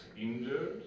injured